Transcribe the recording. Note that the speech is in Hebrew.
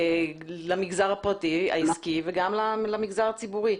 למגזר הפרטי, העסקי וגם למגזר הציבורי.